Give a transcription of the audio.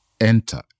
enter